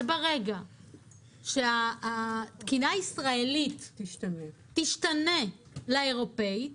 שברגע שהתקינה הישראלית תשתנה לאירופית,